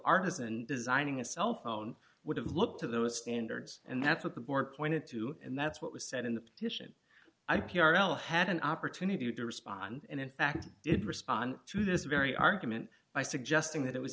artisan designing a cell phone would have looked to those standards and that's what the board pointed to and that's what was said in the petition i p r l had an opportunity to respond and in fact did respond to this very argument by suggesting that it was